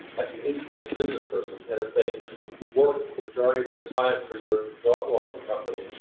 that's an independent business person, and if they work the majority of their time for your dog walking company,